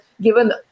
given